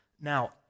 Now